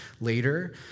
later